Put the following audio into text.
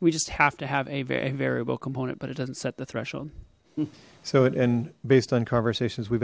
we just have to have a very variable component but it doesn't set the threshold so and based on conversations we've